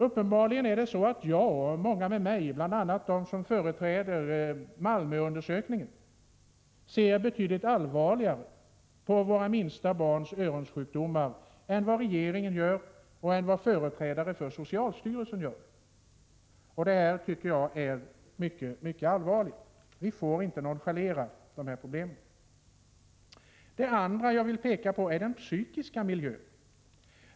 Uppenbarligen är det så att jag och många med mig, bl.a. de som företräder Malmöundersökningen, ser betydligt allvarligare på våra minsta barns öronsjukdomar än vad regeringen och företrädare för socialstyrelsen gör. Det här tycker jag är mycket allvarligt. Vi får inte nonchalera dessa problem. Den andra faktorn som jag vill peka på är den psykiska miljön.